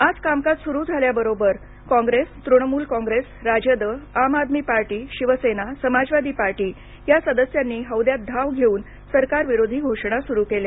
आज कामकाज सुरू झाल्याबरोबर कॉप्रेस तृणमूल कॉप्रेस राजद आम आदमी पार्टी शिवसेना समाजवादी पार्टी च्या सदस्यांनी हौदयात धाव घेऊन सरकारविरोधी घोषणा सुरू केल्या